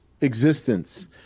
existence